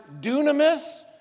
dunamis